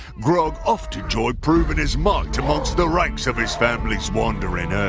grog often enjoyed proving his might amongst the ranks of his family's wandering ah